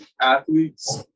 athletes